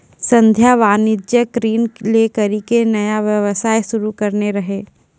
संध्या वाणिज्यिक ऋण लै करि के नया व्यवसाय शुरू करने रहै